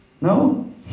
No